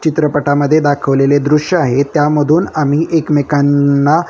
चित्रपटामध्ये दाखवलेले दृश्य आहे त्यामधून आम्ही एकमेकांना